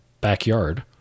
backyard